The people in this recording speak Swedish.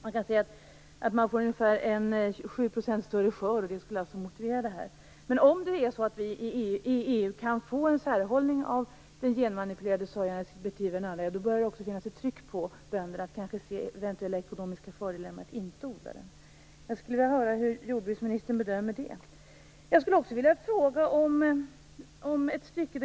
Man får på det här sättet en 7 % större skörd, och det skulle alltså motivera det här. Om vi i EU kan få en särhållning av den genmanipulerade sojan och den som inte är genmanipulerad, då börjar det också finnas ett tryck på bönder att se eventuella ekonomiska fördelar med att inte odla den manipulerade sojan. Hur bedömer jordbruksministern det?